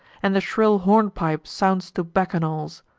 and the shrill hornpipe sounds to bacchanals.